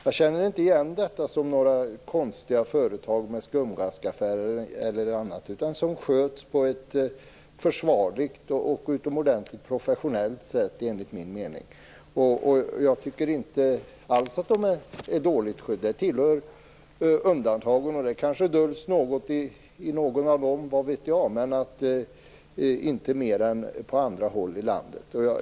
Jag känner inte igen detta som några konstiga företag med skumraskaffärer. De sköts enligt min mening på ett försvarligt och utomordentligt professionellt sätt. Jag tycker inte alls att de är dåligt skötta. Det tillhör undantagen, och det kanske döljs något i något av dessa företag. Vad vet jag. Men jag tror inte att det förekommer mer än på andra håll i landet.